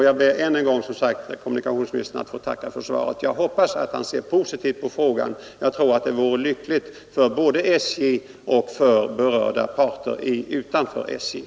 Jag hoppas att kommunikationsministern ser positivt på denna fråga, och det tror jag vore lyckligt både för SJ och för berörda parter utanför SJ. Slutligen ber jag än en gång att få tacka kommunikationsministern för svaret.